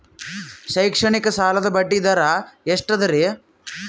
ಶೈಕ್ಷಣಿಕ ಸಾಲದ ಬಡ್ಡಿ ದರ ಎಷ್ಟು ಅದರಿ?